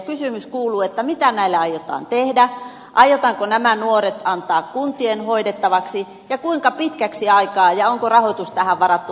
kysymys kuuluu mitä näille aiotaan tehdä aiotaanko nämä nuoret antaa kuntien hoidettavaksi ja kuinka pitkäksi aikaa ja onko rahoitus tähän varattu valmiiksi